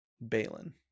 Balin